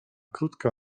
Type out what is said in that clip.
krótka